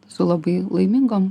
su labai laimingom